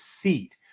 seat